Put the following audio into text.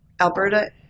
Alberta